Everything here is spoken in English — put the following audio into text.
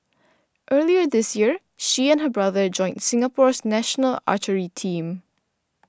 earlier this year she and her brother joined Singapore's national archery team